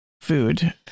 food